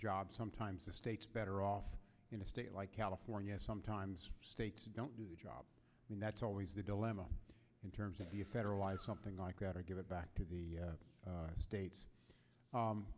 job sometimes the states better off in a state like california sometimes states don't do the job and that's always the dilemma in terms of you federalize something like that or give it back to the states